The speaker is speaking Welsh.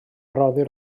roddir